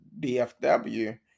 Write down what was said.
DFW